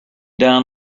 down